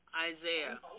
Isaiah